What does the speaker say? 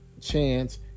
chance